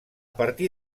partir